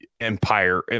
empire